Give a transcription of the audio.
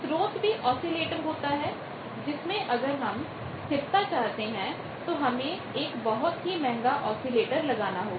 स्रोत भी औसीलेटर होता है जिसमें अगर हम स्थिरता चाहते हैं तो हमें एक बहुत ही महंगा औसीलेटर लगाना होगा